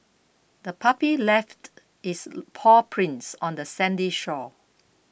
the puppy left its paw prints on the sandy shore